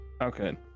okay